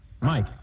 Mike